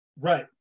Right